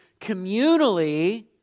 communally